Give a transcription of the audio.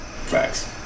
facts